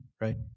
right